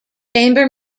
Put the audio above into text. chamber